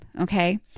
Okay